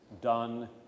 done